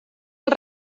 els